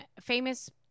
famous